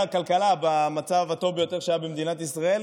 כלכלה במצב הטוב ביותר שהיה במדינת ישראל.